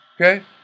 Okay